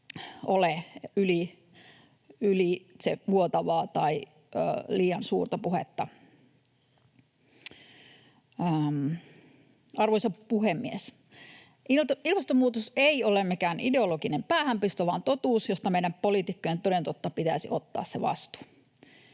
ole ylitsevuotavaa tai liian suurta puhetta. Arvoisa puhemies! Ilmastonmuutos ei ole mikään ideologinen päähänpisto vaan totuus, josta meidän poliitikkojen toden totta pitäisi ottaa vastuu.